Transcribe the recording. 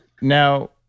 Now